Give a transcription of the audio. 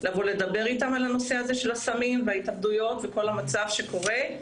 לבוא לדבר איתם על כל הנושא הזה של הסמים וההתאבדויות וכל המצב שקורה.